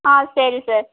ஆ சரி சார்